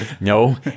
No